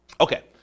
okay